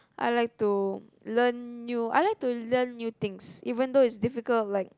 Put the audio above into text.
I like to learn new I like to learn new things even though it's difficult like